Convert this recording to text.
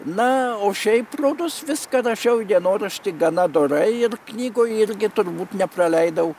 na o šiaip rodos viską rašiau į dienoraštį gana dorai ir knygoj irgi turbūt nepraleidau